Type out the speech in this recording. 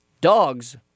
dogs